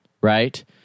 right